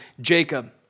Jacob